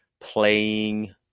playing